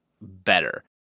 better